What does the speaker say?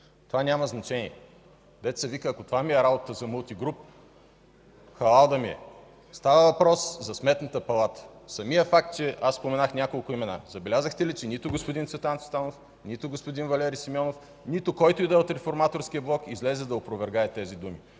Това няма значение, дето се вика – ако това ми е работата за „Мултигруп”, халал да ми е. Става въпрос за Сметната палата. Самият факт, че аз споменах няколко имена – забелязахте ли, че нито господин Цветан Цветанов, нито господин Валери Симеонов, нито който и да е от Реформаторския блок, излезе да опровергае тези думи.